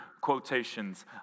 quotations